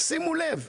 שימו לב,